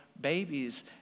babies